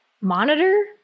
monitor